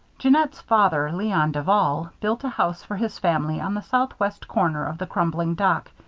jeannette's father, leon duval, built a house for his family on the southwest corner of the crumbling dock,